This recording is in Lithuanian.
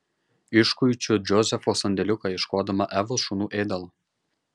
iškuičiu džozefo sandėliuką ieškodama evos šunų ėdalo